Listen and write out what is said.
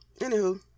Anywho